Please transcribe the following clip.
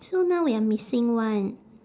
so now we are missing one